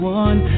one